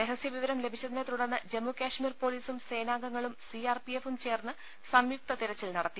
രഹസ്യ വിവരം ലഭിച്ചതിനെ തുടർന്ന് ജമ്മുകശ്മീർ പൊലീസും സേനാംഗങ്ങളും സി ആർ പി എഫും ചേർന്ന് സംയുക്ത തെരച്ചിൽ നടത്തി